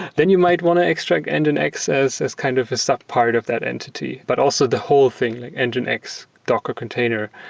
then you might want to extract and and nginx as as kind of a subpart of that entity. but also the whole thing, like and and nginx, docker container.